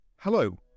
Hello